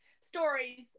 stories